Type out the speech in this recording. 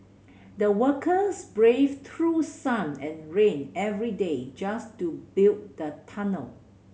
the workers braved through sun and rain every day just to build the tunnel